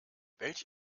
welch